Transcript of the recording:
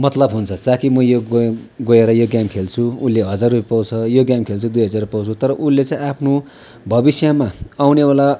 मतलब हुन्छ ताकि म यो ग गएर यो गेम खेल्छु उसले हजार रुपियाँ पाउँछ यो गेम खेल्छु दुई हजार पाउँछु तर उसले चाहिँ आफ्नो भविष्यमा आउनेवाला